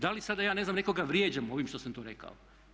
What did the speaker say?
Da li ja sada ja ne znam nekoga vrijeđam ovim što sam to rekao?